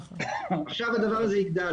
עכשיו הדבר הזה יגדל,